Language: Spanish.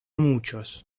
muchos